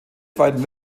zweiten